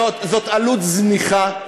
זו עלות זניחה.